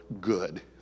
good